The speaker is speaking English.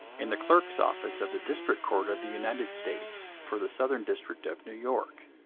in the clerk's office of the district court of the united states for the southern district of new york.